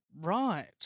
right